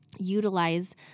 utilize